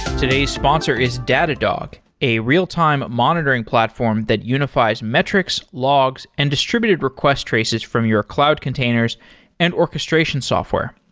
today's sponsor is datadog, a real-time monitoring platform that unifies metrics, logs and distributed request traces from your cloud containers and orchestration software.